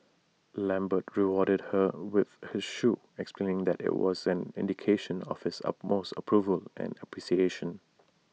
lambert rewarded her with her shoe explaining that IT was an indication of his utmost approval and appreciation